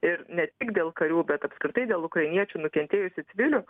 ir ne tik dėl karių bet apskritai dėl ukrainiečių nukentėjusių civilių